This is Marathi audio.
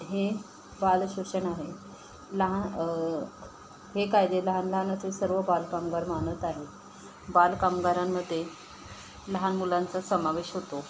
हे बाल शोषण आहे ला हे कायदे लहान लहानाचे सर्व बाल कामगार मानत आहे बालकामगारांमध्ये लहान मुलांचा समावेश होतो